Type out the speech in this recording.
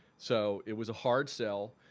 so it was a hard sell.